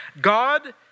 God